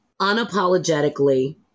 unapologetically